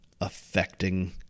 affecting